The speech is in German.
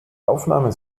aufnahme